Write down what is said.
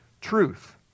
truth